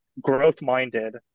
growth-minded